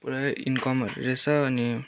पुरै इन्कमहरू रहेस अनि